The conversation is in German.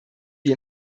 wie